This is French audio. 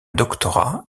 doctorat